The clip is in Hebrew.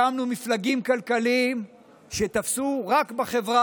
הקמנו מפלגים כלכליים שתפסו רק בחברה